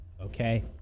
Okay